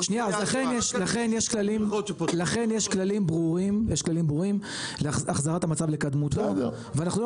שנייה אז לכן יש כללים ברורים להחזרת המצב לקדמותו ואנחנו לא